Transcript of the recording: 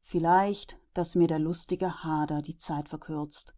vielleicht daß mir der lustige hader die zeit verkürzt